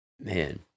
Man